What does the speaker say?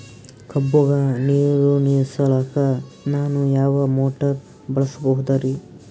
ಕಬ್ಬುಗ ನೀರುಣಿಸಲಕ ನಾನು ಯಾವ ಮೋಟಾರ್ ಬಳಸಬಹುದರಿ?